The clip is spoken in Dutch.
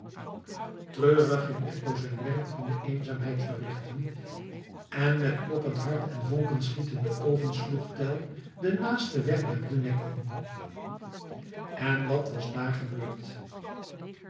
treurig ging eppo zijn werk in de eenzaamheid verrichten en met kloppend hart en vonkenschietende oogen sloeg tell den naasten weg naar den bruneck in en wat was daar gebeurd